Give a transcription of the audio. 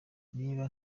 niba